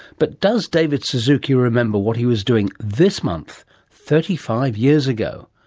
but does david suzuki remember what he was doing this month thirty five years ago?